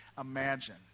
imagine